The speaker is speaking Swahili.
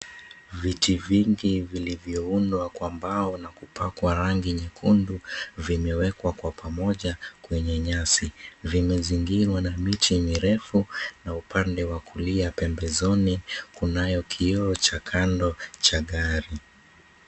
Viti vingi vilivyoundwa kwa mbao na kupakwa rangi nyekundu, vimewekwa kwa pamoja kwenye nyasi. Vimezingirwa na miti mirefu na upande wa kulia pembezoni kunayo kioo cha kando cha gari.